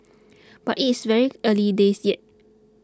but it is very early days yet